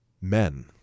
men